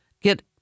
get